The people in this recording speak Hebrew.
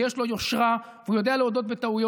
ויש לו יושרה, והוא יודע להודות בטעויות.